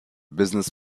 business